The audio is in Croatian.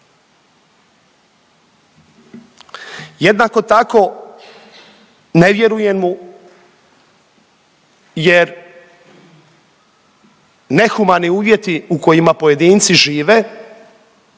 Jednako tako, ne vjerujem mu jer nehumani uvjeti u kojima pojedinci žive,